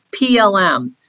PLM